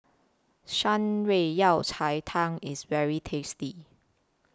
Shan Rui Yao Cai Tang IS very tasty